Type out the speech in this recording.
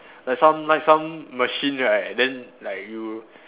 like some like some machine right then like you